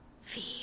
feed